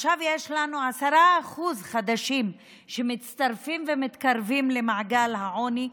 ועכשיו יש 10% חדשים שמצטרפים ומתקרבים למעגל העוני,